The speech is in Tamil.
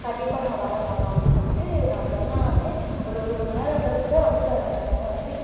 கண்டிப்பாக நான் வரேன்மா அப்படின்னு சொல்லிவிட்டு நான் சொன்னவொடனேயே ஒரு ஒரு மணி நேரம் கழிச்செலாம் வந்துட்டார் அந்த அண்ணன் வந்து